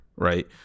right